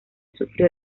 sufrió